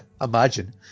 Imagine